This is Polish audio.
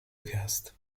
gwiazd